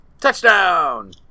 Touchdown